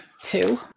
Two